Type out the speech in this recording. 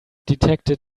detected